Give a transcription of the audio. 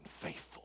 faithful